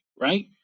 right